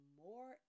more